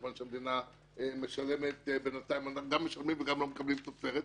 כיוון שבינתיים אנחנו גם משלמים וגם לא מקבלים תוצרת.